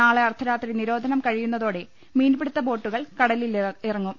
നാളെ അർദ്ധരാത്രി നിരോധനം കഴിയുന്നതോടെ മീൻപി ടുത്ത ബോട്ടുകൾ കടലിൽ ഇറങ്ങും